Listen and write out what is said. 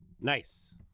nice